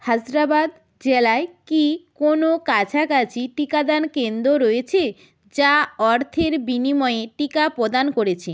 হাজরাবাদ জেলায় কি কোনো কাছাকাছি টিকাদান কেন্দ্র রয়েছে যা অর্থের বিনিময়ে টিকা প্রদান করেছে